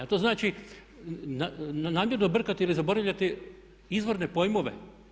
Ali to znači namjerno brkati ili zaboravljati izvorne pojmove.